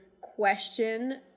question